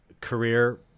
career